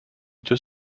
deux